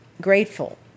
Grateful